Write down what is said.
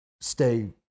stay